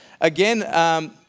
again